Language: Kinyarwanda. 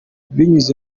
binyuze